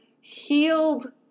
healed